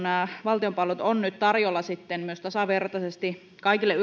nämä valtion palvelut ovat jatkossa tarjolla nyt sitten myös tasavertaisesti kaikille